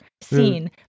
seen